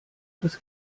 das